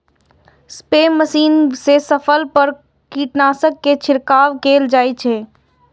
spray machine सं फसल पर कीटनाशक के छिड़काव कैल जाइ छै